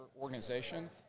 organization